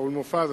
שאול מופז,